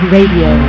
Radio